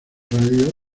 radio